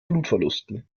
blutverlusten